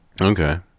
Okay